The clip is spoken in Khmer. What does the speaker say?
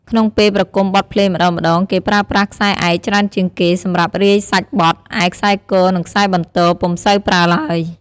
ក្នុងពេលប្រគំបទភ្លេងម្ដងៗ គេប្រើប្រាស់ខ្សែឯកច្រើនជាងគេសម្រាប់រាយសាច់បទ ឯខ្សែគ និងខ្សែបន្ទរពុំសូវប្រើឡើយ។